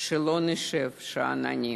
שלא נשב שאננים.